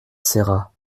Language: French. serra